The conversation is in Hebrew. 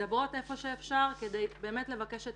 ומדברות איפה שאפשר כדי לבקש באמת את